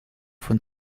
von